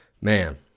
Man